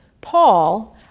Paul